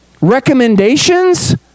Recommendations